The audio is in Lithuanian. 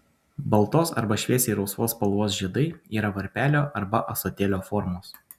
baltos arba šviesiai rausvos spalvos žiedai yra varpelio arba ąsotėlio formos